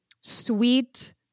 sweet